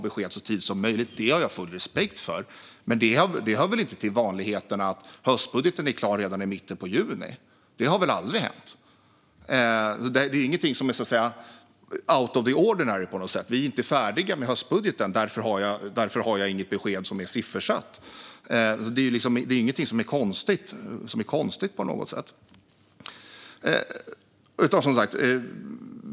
Men det hör väl inte till vanligheten att höstbudgeten är klar redan i mitten av juni? Det har väl aldrig hänt? Vi är inte färdiga med höstbudgeten, och därför har jag inget besked som är siffersatt. Men det är ingenting som är out of the ordinary eller konstigt på något sätt.